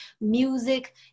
music